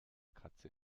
katze